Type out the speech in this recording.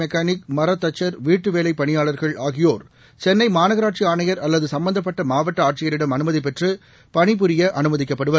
mechanic மர தச்சள் வீட்டு வேலை பணியாளர்கள் ஆகியோர் சென்னை மாநகராட்சி ஆணையா அல்லது சும்பந்தப்பட்ட மாவட்ட ஆட்சியரிடம் அனுமதி பெற்று பணிபுரிய அமைதிக்கப்படுவர்